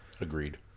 Agreed